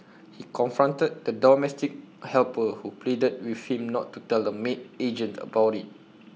he confronted the domestic helper who pleaded with him not to tell the maid agent about IT